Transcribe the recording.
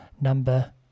number